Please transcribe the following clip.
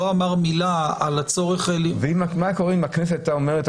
אמר מילה על הצורך --- ומה היה קורה אם הכנסת הייתה אומרת,